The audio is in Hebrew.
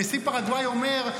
נשיא פרגוואי אומר: